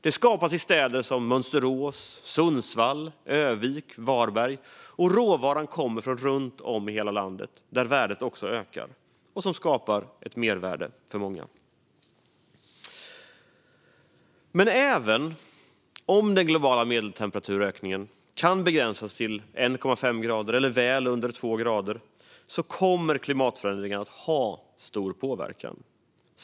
De skapas i stället i städer som Mönsterås, Sundsvall, Ö-vik och Varberg, och råvaran kommer från runt om i hela landet - där värdet också ökar, vilket skapar ett mervärde för många. Även om den globala medeltemperaturökningen kan begränsas till 1,5 grader, eller väl under 2 grader, kommer klimatförändringarna att ha stor påverkan.